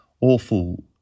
awful